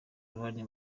uruhare